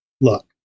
look